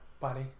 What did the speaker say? Buddy